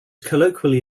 colloquially